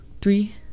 Three